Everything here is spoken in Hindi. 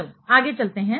चलो आगे चलते हैं